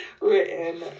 written